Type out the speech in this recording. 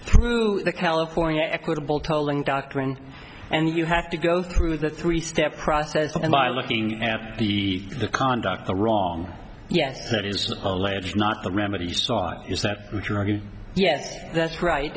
through the california equitable tolling doctrine and you have to go through the three step process and by looking at the the conduct the wrong yes that is alleged not the remedy is that yes that's right